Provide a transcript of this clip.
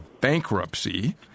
bankruptcy